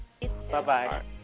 Bye-bye